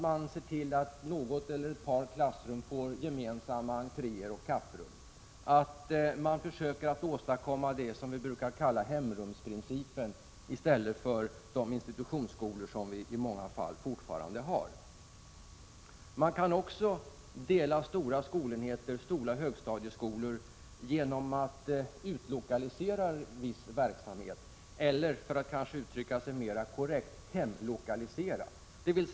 Man kan t.ex. se till att ett par klassrum får gemensamma entréer och kapprum. Man kan försöka åstadkomma det som vi brukar kalla hemrumsprincipenii stället för de institutionsskolor som vi i många fall fortfarande har. Stora högstadieskolor kan också delas genom att man utlokaliserar viss verksamhet eller, för att uttrycka mig mera korrekt, hemlokaliserar verksamhet.